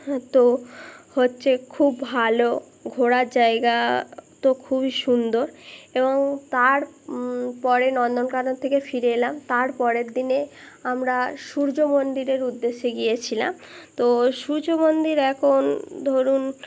তো হচ্ছে খুব ভালো ঘোরার জায়গা তো খুবই সুন্দর এবং তার পরে নন্দনকানন থেকে ফিরে এলাম তারপের দিনে আমরা সূর্য মন্দিরের উদ্দেশে গিয়েছিলাম তো সূর্য মন্দির এখন ধরুন